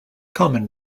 common